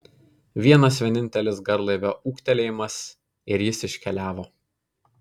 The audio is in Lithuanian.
vienas vienintelis garlaivio ūktelėjimas ir jis iškeliavo